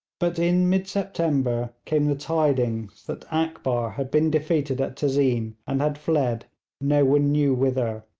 but in mid-september came the tidings that akbar had been defeated at tezeen, and had fled no one knew whither,